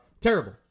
terrible